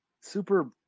Super